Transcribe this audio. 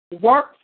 Work